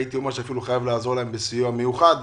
הייתי אומר שאפילו חייבים לעזור להם בסיוע מיוחד,